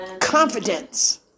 Confidence